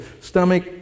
stomach